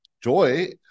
Joy